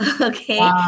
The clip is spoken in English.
Okay